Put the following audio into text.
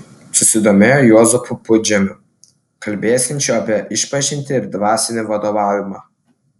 susidomėjo juozapu pudžemiu kalbėsiančiu apie išpažintį ir dvasinį vadovavimą